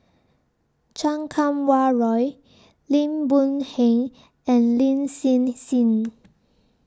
Chan Kum Wah Roy Lim Boon Heng and Lin Hsin Hsin